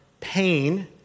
Pain